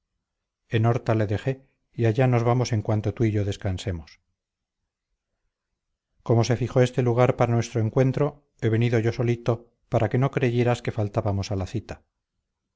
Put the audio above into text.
en horta le dejé y allá nos vamos en cuanto tú y yo descansemos como se fijó este lugar para nuestro encuentro he venido yo solito para que no creyeras que faltábamos a la cita